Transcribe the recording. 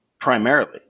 primarily